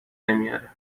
نمیاره